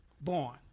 born